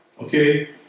Okay